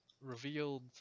revealed